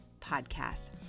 podcast